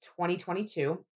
2022